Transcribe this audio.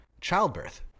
childbirth